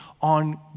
on